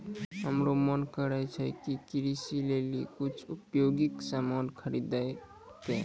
हमरो मोन करै छै कि कृषि लेली कुछ उपयोगी सामान खरीदै कै